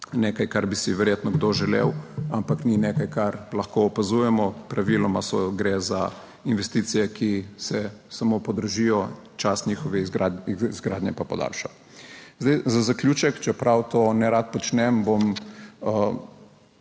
nekaj kar bi si verjetno kdo želel, ampak ni nekaj, kar lahko opazujemo. Praviloma gre za investicije, ki se samo podražijo, čas njihove izgradnje pa podaljša. Zdaj za zaključek, čeprav to nerad počnem, bom